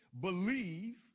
believe